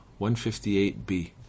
158b